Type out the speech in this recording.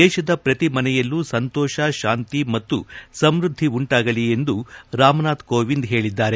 ದೇಶದ ಪ್ರತಿ ಮನೆಯಲ್ಲೂ ಸಂತೋಷ ಶಾಂತಿ ಮತ್ತು ಸಮೃದ್ದಿ ಉಂಟಾಗಲಿ ಎಂದು ರಾಮನಾಥ್ ಕೋವಿಂದ್ ಹೇಳಿದ್ದಾರೆ